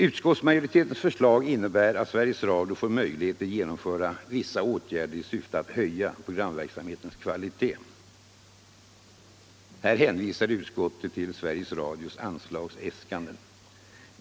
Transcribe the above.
Utskottsmajoritetens förslag innebär att Sveriges Radio får möjligheter att vidta vissa åtgärder i syfte att höja programverksamhetens kvalitet. Här hänvisar utskottet till Sveriges Radios anslagsäskanden.